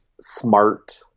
smart